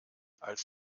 als